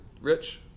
rich